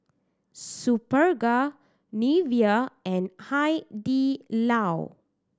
Superga Nivea and Hai Di Lao